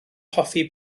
hoffi